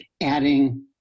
adding